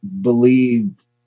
believed